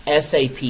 SAP